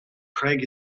craig